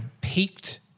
peaked